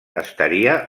estaria